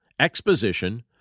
exposition